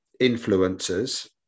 influencers